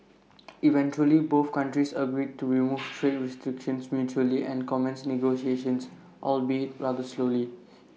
eventually both countries agreed to remove trade restrictions mutually and commence negotiations albeit rather slowly